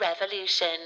Revolution